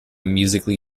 musically